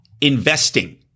investing